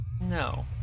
No